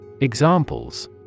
Examples